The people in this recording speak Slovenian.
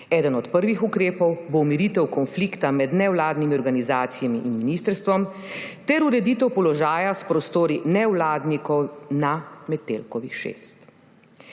Eden od prvih ukrepov bo umiritev konflikta med nevladnimi organizacijami in ministrstvom ter ureditev položaja s prostori nevladnikov na Metelkovi 6.